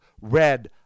Red